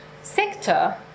sector